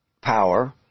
power